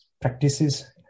practices